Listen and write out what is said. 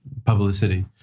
Publicity